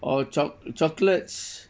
or choc~ chocolates